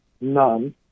None